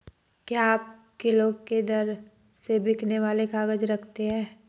क्या आप किलो के दर से बिकने वाले काग़ज़ रखते हैं?